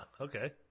okay